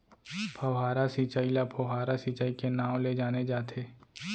फव्हारा सिंचई ल फोहारा सिंचई के नाँव ले जाने जाथे